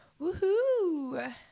Woohoo